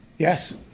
Yes